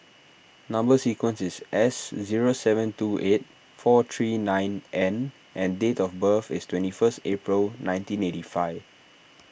Number Sequence is S zero seven two eight four three nine N and date of birth is twenty first April nineteen eighty five